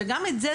שגם את זה,